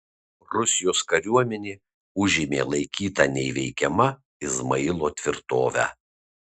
rusijos kariuomenė užėmė laikytą neįveikiama izmailo tvirtovę